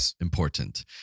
important